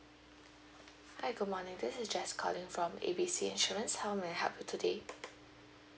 hi good morning this is jess calling from A B C insurance how may I help you today